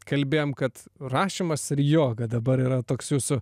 kalbėjom kad rašymas ir joga dabar yra toks jūsų